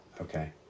Okay